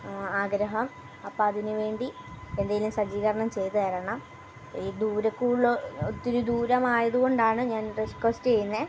ആഗ്രഹം അപ്പം അതിന് വേണ്ടി എന്തെങ്കിലും സജ്ജീകരണം ചെയ്തു തരണം ഈ ദൂരക്കൂടുതൽ ഒത്തിരി ദൂരമായത് കൊണ്ടാണ് ഞാൻ റിക്വസ്റ്റ് ചെയ്യുന്നത്